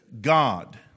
God